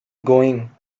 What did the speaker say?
going